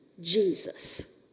Jesus